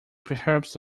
perhaps